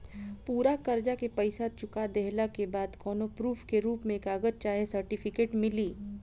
पूरा कर्जा के पईसा चुका देहला के बाद कौनो प्रूफ के रूप में कागज चाहे सर्टिफिकेट मिली?